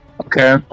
Okay